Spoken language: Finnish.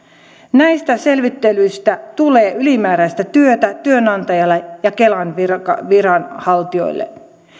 näistä selvittelyistä tulee ylimääräistä työtä työnantajalle ja kelan viranhaltijoille